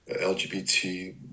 LGBT